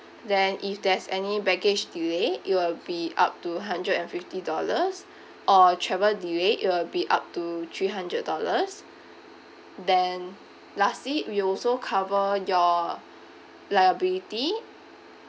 then if there's any baggage delay it will be up to hundred and fifty dollars or travel delay it will be up to three hundred dollars then lastly we also cover your liability